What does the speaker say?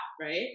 right